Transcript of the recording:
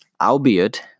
albeit